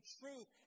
truth